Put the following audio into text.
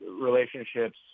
relationships